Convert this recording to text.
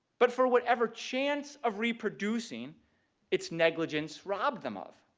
but for whatever chance of reproducing its negligence robbed them of.